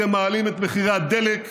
אתם מעלים את מחירי הדלק,